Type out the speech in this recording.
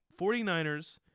49ers